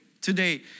today